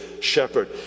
shepherd